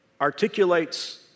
articulates